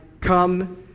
come